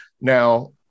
Now